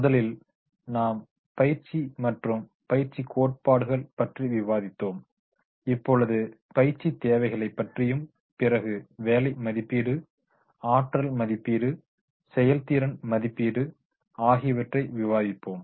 முதலில் நாம் பயிற்சி மற்றும் பயிற்சி கோட்பாடுகள் பற்றி விவாதித்தோம் இப்பொழுது பயிற்சி தேவைகளை பற்றியும் பிறகு வேலை மதிப்பீடு ஆற்றல் மதிப்பீடு செயல்திறன் மதிப்பீடு ஆகியவற்றை விவாதித்தோம்